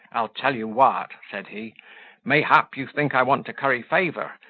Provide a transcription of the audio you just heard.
i'll tell you what, said he mayhap you think i want to curry favour,